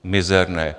Mizerné!